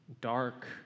Dark